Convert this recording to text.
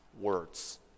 words